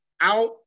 out